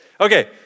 Okay